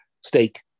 stake